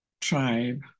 tribe